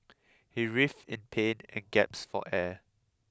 he writhed in pain and gasped for air